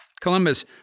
Columbus